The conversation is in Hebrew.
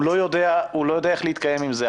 הוא לא יודע איך להתקיים עם זה.